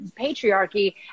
patriarchy